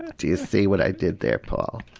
do you see what i did there, paul?